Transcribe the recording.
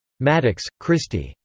maddux, kristy.